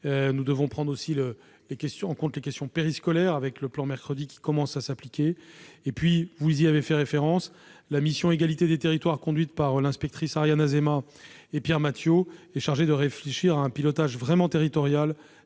Nous devons aussi prendre en compte les questions périscolaires, avec le plan Mercredi, qui commence à s'appliquer. Par ailleurs- vous y avez fait référence -, la mission « Égalité des territoires », conduite par l'inspectrice Ariane Azéma et par Pierre Mathiot, est chargée de réfléchir à un pilotage vraiment territorial